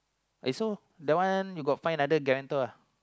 so that one you got find other guarantor ah